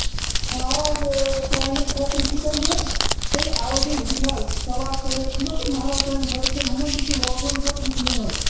مَہراز ترٛامٮ۪ن خٲطرٕ چھو تۄہہِ نِیُن تیلہِ الگےٕ وٕچھ حظ سَلاد پَلیٹ چھُو نہ تۄہہِ مَہراز ترامٮ۪ن خٲطرٕ نِیُن کِنہٕ ہُمَن تہِ چھُ لوکلَن خٲطرٕ تہِ چھُ نِیُن حظ